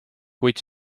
kuid